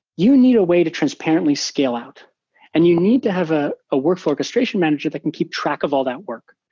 you need a way to transparently scale out and you need to have ah a workflow orchestration manager that can keep track of all that work.